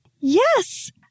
Yes